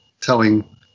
telling